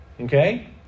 okay